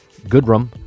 Goodrum